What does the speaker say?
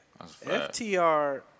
FTR